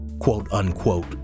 quote-unquote